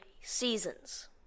seasons